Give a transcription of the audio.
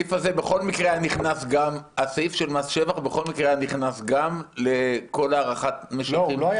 הסעיף של מס שבח בכל מקרה היה נכנס לכל ההארכה --- לא,